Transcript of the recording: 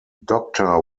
doctor